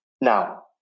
Now